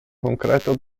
concreto